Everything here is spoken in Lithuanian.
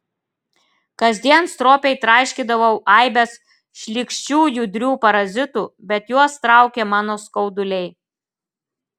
kasdien stropiai traiškydavau aibes šlykščių judrių parazitų bet juos traukė mano skauduliai